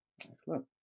Excellent